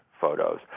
photos